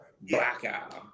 blackout